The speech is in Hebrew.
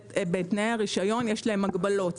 בתנאי הרישיון יש להם הגבלות,